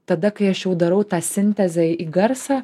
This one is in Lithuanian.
tada kai aš jau darau tą sintezę į į garsą